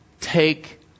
take